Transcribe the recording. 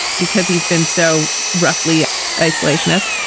because he's been so roughly isolationist